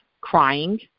crying